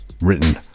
written